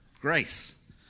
Grace